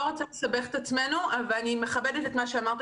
לא רוצה לסבך את עצמנו ואני מכבדת את מה שאמרת